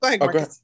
okay